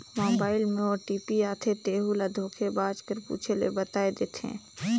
mobile में OTP आथे तेहू ल धोखेबाज कर पूछे ले बताए देथे